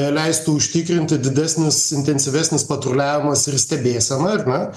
leistų užtikrinti didesnis intensyvesnis patruliavimas ir stebėsena ar ne